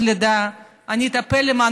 אני אטפל בחופשות לידה,